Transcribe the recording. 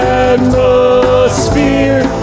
atmosphere